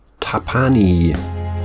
Tapani